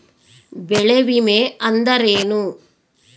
ಬೆಳೆ ವಿಮೆ ಅಂದರೇನು?